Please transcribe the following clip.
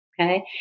Okay